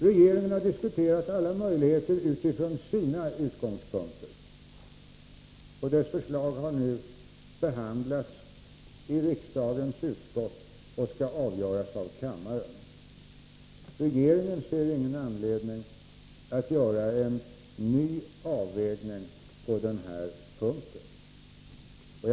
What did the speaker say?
Regeringen har diskuterat alla möjligheter utifrån sina utgångspunkter. Dess förslag har nu behandlats i riksdagens utskott och skall avgöras av kammaren. Regeringen ser ingen anledning att göra en ny avvägning på den här punkten.